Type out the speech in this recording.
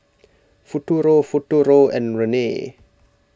Futuro Futuro and Rene